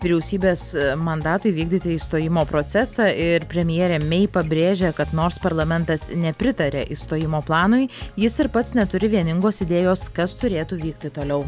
vyriausybės mandatu įvykdyti išstojimo procesą ir premjerė mei pabrėžė kad nors parlamentas nepritaria išstojimo planui jis ir pats neturi vieningos idėjos kas turėtų vykti toliau